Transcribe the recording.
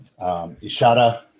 Ishada